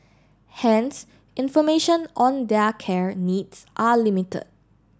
hence information on their care needs are limited